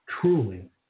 truly